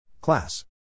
Class